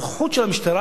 נוכחות של המשטרה,